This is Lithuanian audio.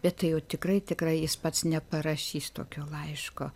bet tai jau tikrai tikrai jis pats neparašys tokio laiško